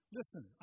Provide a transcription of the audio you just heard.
Listen